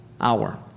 hour